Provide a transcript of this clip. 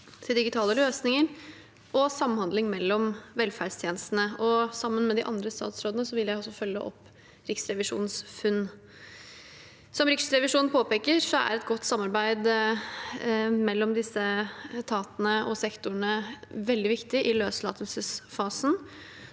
digitale løsninger og samhandling mellom velferdstjenestene. Sammen med de andre statsrådene vil jeg også følge opp Riksrevisjonens funn. Som Riksrevisjonen påpeker, er et godt samarbeid mellom disse etatene og sektorene veldig viktig i løslatelsesfasen.